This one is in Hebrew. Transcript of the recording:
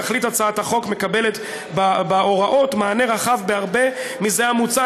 תכלית הצעת החוק מקבלת בהוראות מענה רחב בהרבה מזה המוצע.